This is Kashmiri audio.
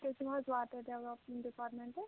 تُہۍ چِھو حظ واٹر ڈیولپ ڈِپاٹمینٹہٕ